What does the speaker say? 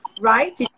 right